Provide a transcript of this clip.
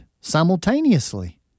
simultaneously